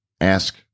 ask